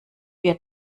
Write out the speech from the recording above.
wir